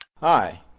Hi